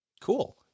Cool